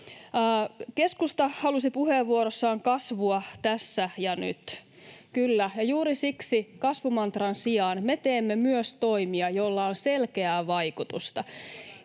Keskusta halusi puheenvuorossaan kasvua tässä ja nyt. Kyllä, ja juuri siksi kasvumantran sijaan me teemme myös toimia, joilla on selkeää vaikutusta.